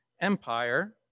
empire